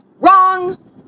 Wrong